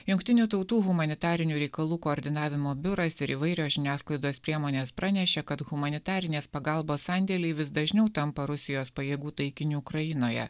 jungtinių tautų humanitarinių reikalų koordinavimo biuras ir įvairios žiniasklaidos priemonės pranešė kad humanitarinės pagalbos sandėliai vis dažniau tampa rusijos pajėgų taikiniu ukrainoje